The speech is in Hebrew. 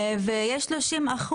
מתוך ה-30%